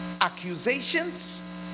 accusations